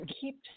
keep